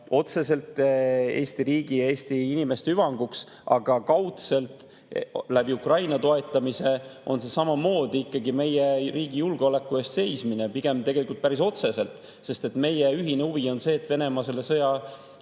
otseselt Eesti riigi ja Eesti inimeste hüvanguks, aga Ukraina toetamine on kaudselt samamoodi ikkagi meie riigi julgeoleku eest seismine, pigem tegelikult päris otseselt, sest meie ühine huvi on see, et Venemaa selle sõja